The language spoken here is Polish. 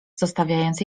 zostawiając